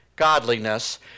godliness